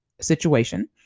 situation